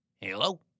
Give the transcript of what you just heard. hello